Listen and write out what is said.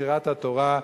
שירת התורה,